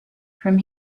from